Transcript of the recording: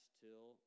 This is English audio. till